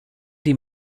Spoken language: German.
die